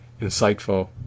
insightful